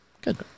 Good